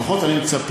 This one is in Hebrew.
לפחות אני מצפה,